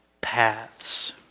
paths